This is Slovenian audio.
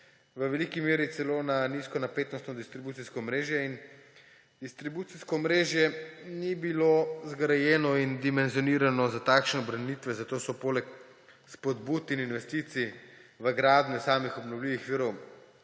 v veliki meri celo na nizkonapetostno distribucijsko omrežje. Distribucijsko omrežje ni bilo zgrajeno in dimenzionirano za takšne obremenitve, zato so poleg spodbud in investicij v gradnjo samih obnovljivih virov